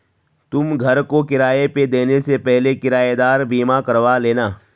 तुम घर को किराए पे देने से पहले किरायेदार बीमा करवा लेना